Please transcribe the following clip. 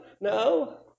No